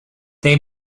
they